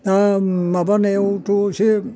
दा माबानायावथ' एसे